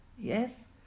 Yes